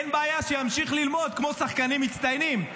אין בעיה שימשיך ללמוד כמו שחקנים מצטיינים,